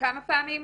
כמה פעמים.